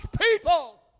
people